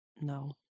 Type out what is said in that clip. No